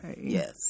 Yes